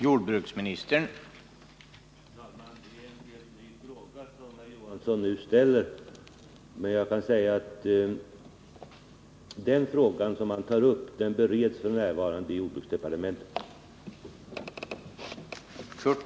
Herr talman! Det är en helt ny fråga som herr Johansson nu ställer, men jag kan säga att den frågan bereds f. n. i jordbruksdepartementet.